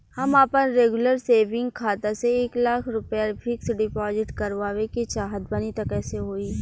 हम आपन regular saving खाता से एक लाख रुपया फिक्स डिपॉज़िट करवावे के चाहत बानी त कैसे होई?